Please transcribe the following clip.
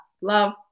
Love